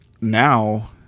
now